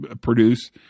produce